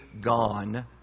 gone